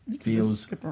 feels